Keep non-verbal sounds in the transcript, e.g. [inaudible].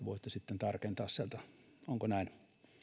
[unintelligible] voitte sitten tarkentaa sieltä onko näin